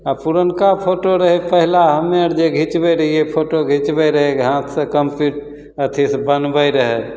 आओर पुरनका फोटो रहै पहिला हमे आओर जे घिचबै रहिए फोटो घिचबै रहै हाथसे कम्पू अथीसे बनबै रहै